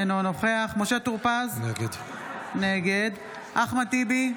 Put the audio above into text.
אינו נוכח משה טור פז, נגד אחמד טיבי,